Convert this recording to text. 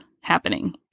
happening